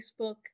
Facebook